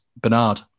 Bernard